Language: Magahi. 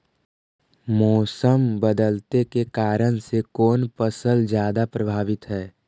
मोसम बदलते के कारन से कोन फसल ज्यादा प्रभाबीत हय?